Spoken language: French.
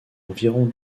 environ